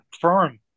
firm